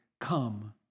come